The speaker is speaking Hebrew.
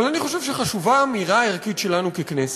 אבל אני חושב שחשובה האמירה הערכית שלנו ככנסת,